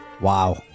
Wow